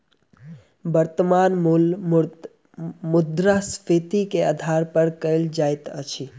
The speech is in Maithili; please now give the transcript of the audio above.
वर्त्तमान मूल्य मुद्रास्फीति के आधार पर कयल जाइत अछि